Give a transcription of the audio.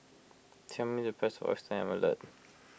tell me the price of Oyster Omelette